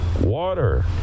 water